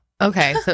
Okay